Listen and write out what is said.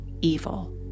evil